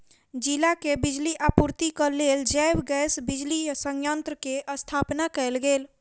जिला के बिजली आपूर्तिक लेल जैव गैस बिजली संयंत्र के स्थापना कयल गेल